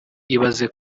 ibaze